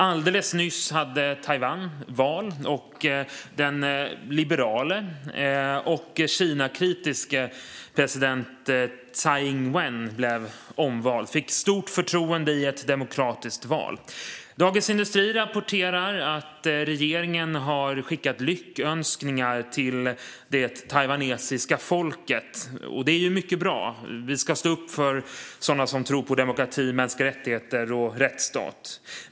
Alldeles nyss hade Taiwan val, och den liberala och Kinakritiska presidenten Tsai Ing-wen blev omvald och fick stort förtroende i ett demokratiskt val. Dagens industri rapporterar att regeringen har skickat lyckönskningar till det taiwanesiska folket. Det är mycket bra. Vi ska stå upp för sådana som tror på demokrati, mänskliga rättigheter och en rättsstat.